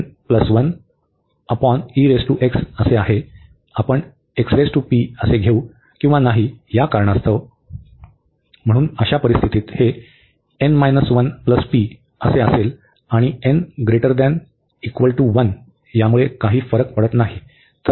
आपण घेऊ किंवा नाही या कारणास्तव म्हणून अशा परिस्थितीत हे असेल आणि n≥1 फरक पडत नाही